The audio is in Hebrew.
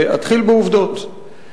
אתחיל בעובדות.